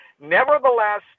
Nevertheless